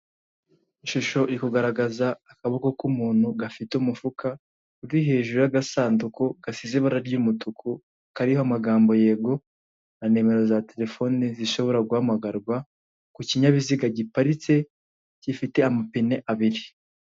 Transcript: Ishusho iri kugaragaza akaboko k'umuntu gafite umufuka uri hejuru y'agasanduku gasize ibara ry'umutuku kariho amagambo yego, na nimero za telefone zishobora guhamagarwa, ku kinyabiziga giparitse gifite amapine abiri.